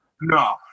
No